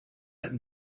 had